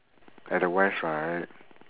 at the west right